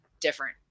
different